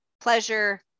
pleasure